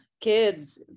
Kids